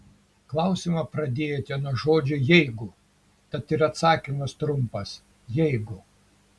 klausimą pradėjote nuo žodžio jeigu tad ir atsakymas trumpas jeigu